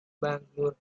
bangalore